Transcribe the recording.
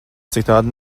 citādi